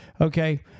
Okay